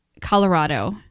Colorado